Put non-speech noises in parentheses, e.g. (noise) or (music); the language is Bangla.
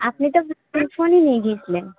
আপনি তো (unintelligible) ফোনই নিয়ে গিয়েছিলেন